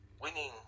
winning